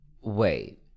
wait